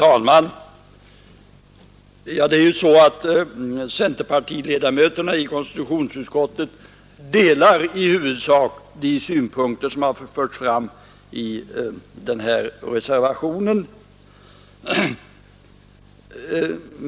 Herr talman! Centerpartiledamöterna i konstitutionsutskottet delar i huvudsak de synpunkter som har förts fram i denna reservation.